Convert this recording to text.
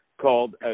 called